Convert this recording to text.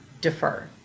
defer